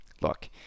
look